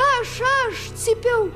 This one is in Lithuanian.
aš aš cypiau